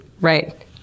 right